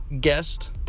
guest